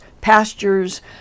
pastures